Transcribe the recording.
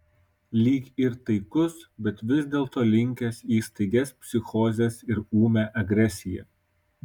lyg ir taikus bet vis dėlto linkęs į staigias psichozes ir ūmią agresiją